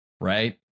right